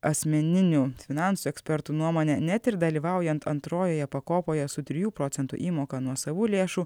asmeninių finansų ekspertų nuomone net ir dalyvaujant antrojoje pakopoje su trijų procentų įmoka nuosavų lėšų